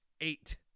eight